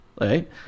Right